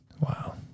Wow